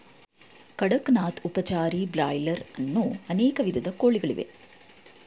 ಕಡಕ್ ನಾಥ್, ಉಪಚಾರಿ, ಬ್ರಾಯ್ಲರ್ ಅನ್ನೋ ಅನೇಕ ವಿಧದ ಕೋಳಿಗಳಿವೆ